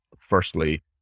firstly